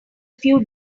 few